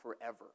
forever